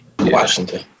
Washington